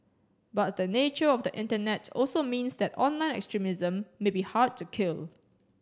but the nature of the Internet also means that online extremism may be hard to kill